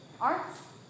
arts